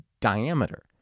diameter